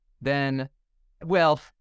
then—well